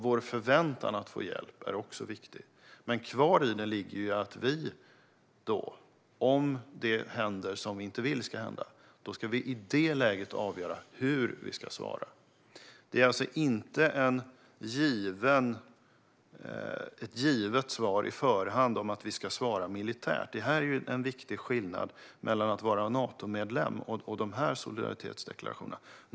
Vår förväntan att få hjälp är också viktig. Men kvar ligger att vi, om det händer som vi inte vill ska hända, i det läget ska avgöra hur vi ska svara. Det finns alltså inte ett givet svar i förhand om att Sverige ska svara militärt. Det är en viktig skillnad mellan att vara Natomedlem och solidaritetsdeklarationerna.